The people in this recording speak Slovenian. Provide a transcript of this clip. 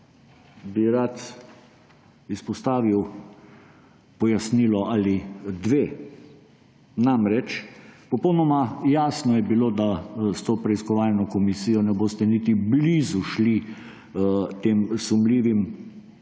bi rad izpostavil pojasnilo ali dve. Namreč popolnoma jasno je bilo, da s to preiskovalno komisijo ne boste niti blizu šli tem sumljivim,